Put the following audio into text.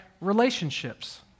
relationships